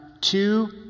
two